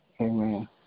Amen